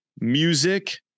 music